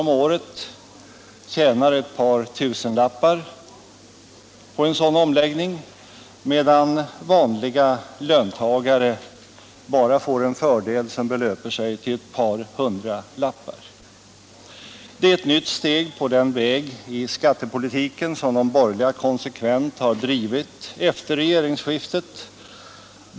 om året tjänar ett par tusenlappar, medan vanliga löntagare får en skattelättnad som uppgår till bara ett par hundralappar. Det är ett nytt inslag i den skattepolitik som de borgerliga konsekvent drivit efter regeringsskiftet.